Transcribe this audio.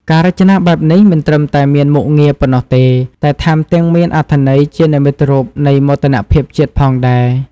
ការរចនាបែបនេះមិនត្រឹមតែមានមុខងារប៉ុណ្ណោះទេ តែថែមទាំងមានអត្ថន័យជានិមិត្តរូបនៃមោទនភាពជាតិផងដែរ។